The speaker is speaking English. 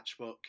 Matchbook